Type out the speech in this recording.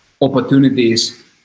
opportunities